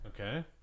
Okay